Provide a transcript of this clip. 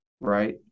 Right